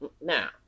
Now